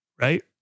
right